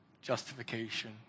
justification